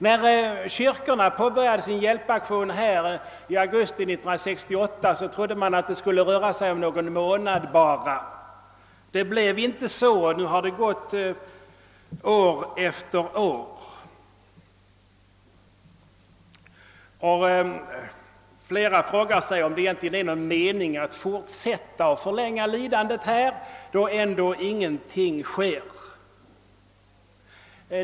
När kyrkorna påbörjade sin hjälpaktion i Biafra under augusti 1968 trodde man att konflikten skulle fortsätta under någon månad, men det blev inte så, och nu har över ett år förflutit. Flera frågar sig om det egentligen är någon mening i att fortsätta att förlänga människornas lidanden då ändå ingenting sker.